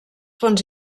fonts